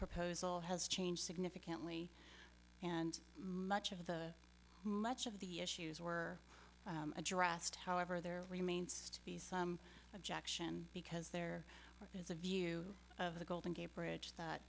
proposal has changed significantly and much of the much of the issues were addressed however there remains to be some objection because there is a view of the golden gate bridge that